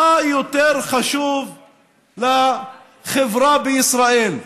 מה יותר חשוב לחברה בישראל,